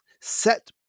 set